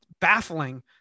baffling